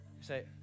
say